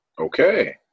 Okay